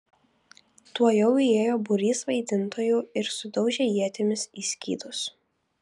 tuojau įėjo būrys vaidintojų ir sudaužė ietimis į skydus